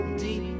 deep